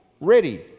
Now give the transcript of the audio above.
ready